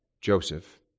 Joseph